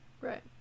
right